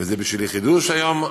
וזה בשבילי חידוש היום,